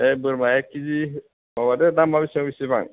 दे बोरमा एक किजि माबादो दामा बिसिबां बिसिबां